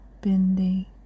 bindi